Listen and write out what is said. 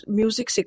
music